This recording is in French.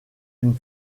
une